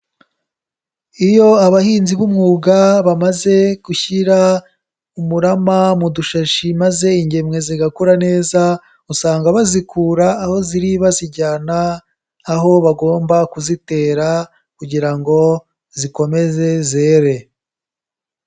Iyo abahinzi b'umwuga bamaze gushyira umurama mu dushashi maze ingemwe zigakura neza, usanga bazikura aho ziri bazijyana aho bagomba kuzitera kugira ngo zikomeze zere.